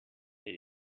did